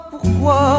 pourquoi